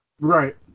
Right